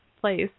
place